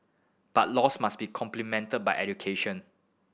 but laws must be complemented by education